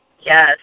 Yes